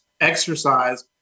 exercise